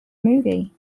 movie